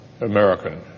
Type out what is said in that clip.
American